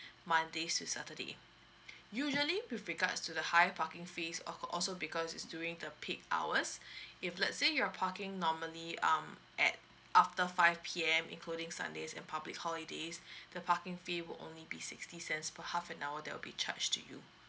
mondays to saturday usually with regards to the high parking fees of also because it's during the peak hours if let's say you're parking normally um at after five P_M including sundays and public holidays the parking fee will only be sixty cents per half an hour that will be charged to you